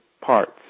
parts